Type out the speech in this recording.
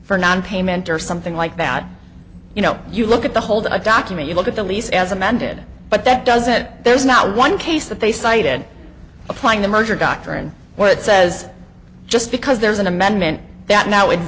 for nonpayment or something like that you know you look at the hold up document you look at the lease as amended but that doesn't there's not one case that they cited applying the merger dr and what it says just because there's an amendment that now a